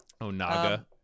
onaga